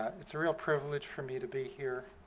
it's a real privilege for me to be here.